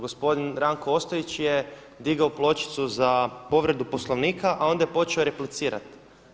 Gospodin Ranko Ostojić je digao pločicu za povredu Poslovnika, a onda je počeo replicirati.